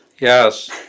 Yes